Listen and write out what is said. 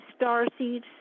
starseeds